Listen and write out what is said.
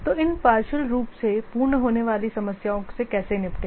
तो इन पार्षइल रूप से पूर्ण होने वाली समस्याओं से कैसे निपटें